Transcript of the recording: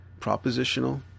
Propositional